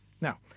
Now